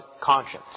conscience